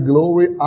Glory